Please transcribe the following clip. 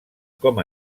com